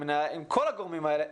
עם כל הגורמים האלה,